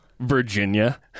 Virginia